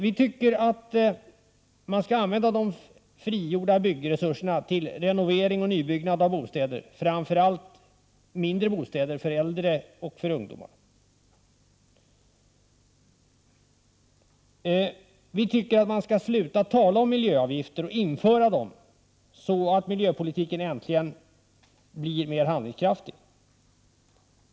Vi tycker att man skall använda de frigjorda byggresurserna till renovering och nybyggnad av bostäder, framför allt mindre bostäder, för äldre och ungdomar. Och vi tycker att man skall sluta att tala om miljöavgifter och i stället införa dem, så att miljöpolitiken äntligen blir handlingskraftig.